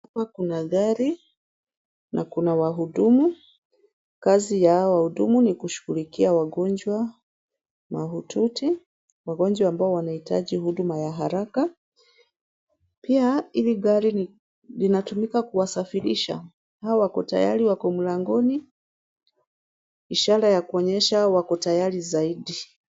Hapa kuna gari, na kuna wahudumu, kazi yao wahudumu ni kushughulikia wagonjwa mahututi, wagonjwa ambao wanahitaji huduma ya haraka pia ili gari linatumika kuwasafirisha, hao wako tayari wako mlangoni ishara ya kuonyesha wako tayari zaidi.